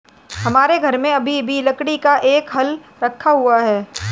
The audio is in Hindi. हमारे घर में अभी भी लकड़ी का एक हल रखा हुआ है